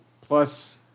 Plus